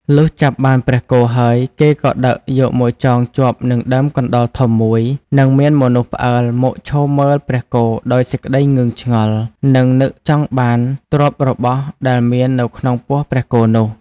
លុះចាប់បានព្រះគោហើយ គេក៏ដឹកយកមកចងជាប់នឹងដើមកណ្ដោលធំមួយ និងមានមនុស្សផ្អើលមកឈរមើលព្រះគោដោយសេចក្ដីងឿងឆ្ងល់ និងនឹកចង់បានទ្រព្យរបស់ដែលមាននៅក្នុងពោះព្រះគោនោះ។